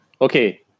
Okay